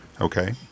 okay